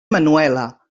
manuela